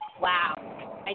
wow